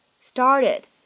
started